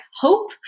hope